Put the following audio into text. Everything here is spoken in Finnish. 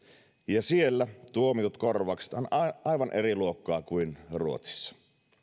ja siellä tuomitut korvaukset ovat aivan eri luokkaa kuin ruotsissa